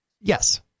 Yes